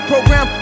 program